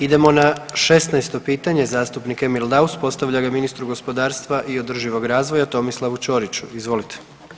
Idemo na 16 pitanje, zastupnik Emil Daus postavlja ga ministru gospodarstva i održivog razvoja Tomislavu Čoriću, izvolite.